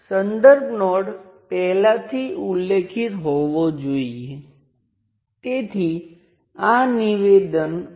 તે માટે આ સર્કિટનું મોડેલ મેળવવા કે જે મારી પાસે n સર્કિટ છે તે માટે પ્રથમ હું સબસ્ટીટ્યુશન થિયર્મનો ઉપયોગ કરીશ તેથી જ મેં અગાઉ તે ચર્ચા કરી હતી હું શું કરીશ તે હું આખાને કરંટ સ્ત્રોત સાથે બદલીશ